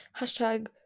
Hashtag